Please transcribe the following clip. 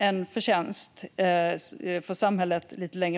: Ekonomisk förtjänst.)